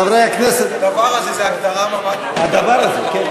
"הדבר הזה" זה הגדרה ממש, הדבר הזה, כן.